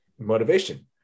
motivation